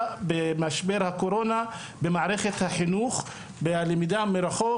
במשבר הקורונה במערכת החינוך והלמידה מרחוק.